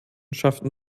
schafften